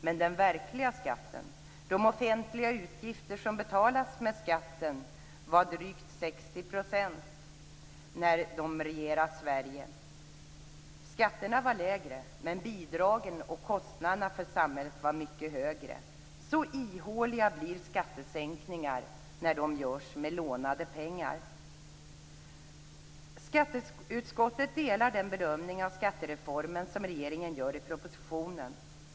Men den verkliga skatten - de offentliga utgifter som betalas med skatten - var drygt 61 % när de regerade Sverige. Skatterna var lägre, men bidragen och kostnaderna för samhället var mycket högre. Så ihåliga blir skattesänkningar när de görs med lånade pengar. Skatteutskottet delar den bedömning av skattereformen som regeringen gör i propositionen.